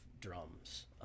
drums